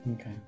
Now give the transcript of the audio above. Okay